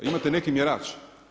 Imate neki mjerač?